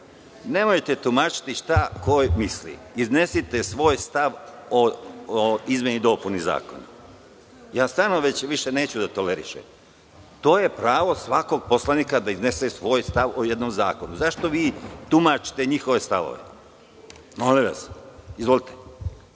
nemojte tumačiti šta ko misli. Iznesite svoj stav o izmeni i dopuni Zakona. Više neću da tolerišem. Pravo je svakog poslanika da iznesem svoj stav o jednom zakonu. Zašto vi tumačiti njihove stavove? Izvolite.